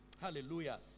Hallelujah